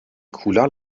cooler